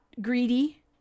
greedy